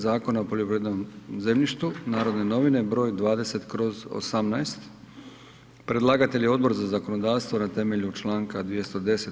Zakona o poljoprivrednom zemljištu („Narodne novine“, br. 20/18) Predlagatelj je Odbor za zakonodavstvo na temelju članka 210.